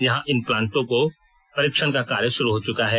यहां इन प्लांटों का परीक्षण का कार्य शुरू हो चुका है